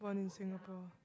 born in Singapore